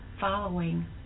following